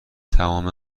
تمام